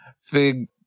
Fig